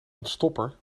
ontstopper